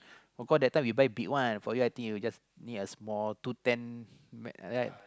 of course that time we buy big one for you I think you just need a small two ten uh right